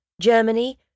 Germany